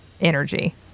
energy